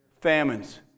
famines